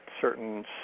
certain